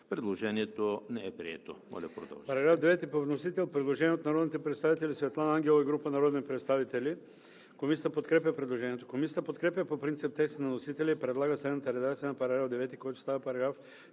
Предложението не е прието.